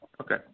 Okay